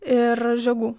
ir žiogų